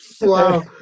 Wow